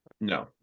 no